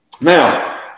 Now